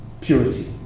purity